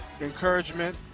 encouragement